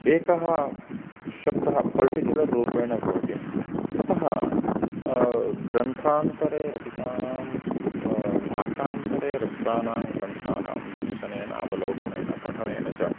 एकः शब्दः पर्टिक्युलर् रूपेण भवति अतः ग्रन्थान्तरे रचितानां भाषान्तरे रचितानां ग्रन्थानां दर्शनेन अवलोकनेन पठनेन च